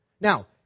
Now